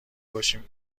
باشیم